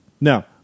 Now